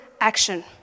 action